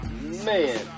Man